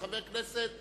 חבר הכנסת ביבי,